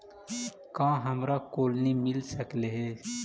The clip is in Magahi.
का हमरा कोलनी मिल सकले हे?